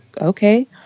okay